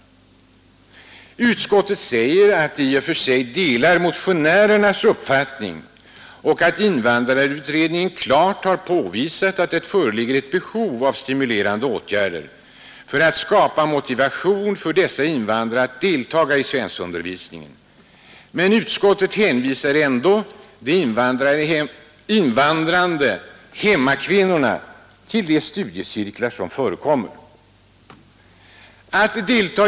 Utskottet säger att det i och för sig delar motionärernas uppfattning och att invandrarutredningen klart har påvisat att det föreligger ett behov av stimulerande åtgärder för att skapa motivation för dessa invandrare att deltaga i svenskundervisning. Men utskottet hänvisar ändå de invandrande hemmakvinnorna till de studiecirklar som förekommer.